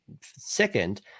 second